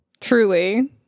truly